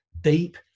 deep